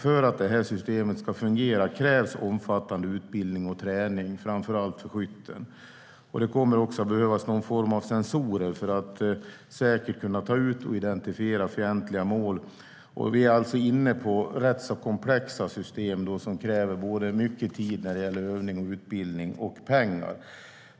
För att systemet ska fungera krävs omfattande utbildning och träning, framför allt för skytten. Det kommer också att behövas någon form av sensorer för att säkert kunna ta ut och identifiera fientliga mål. Vi är alltså inne på rätt komplexa system som kräver mycket tid i form av övning och utbildning samt pengar.